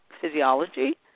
physiology